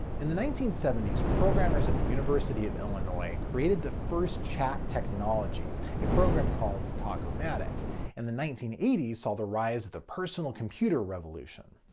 in the nineteen seventy s programmers at the university of illinois created the first chat technology a program called talkomatic and the nineteen eighty s saw the rise of the personal computer revolution.